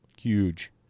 huge